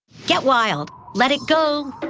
get wild, let it go.